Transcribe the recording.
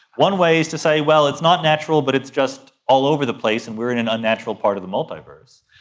one way is to say, well, it's not natural but it's just all over the place and we are in an unnatural part of the multiverse.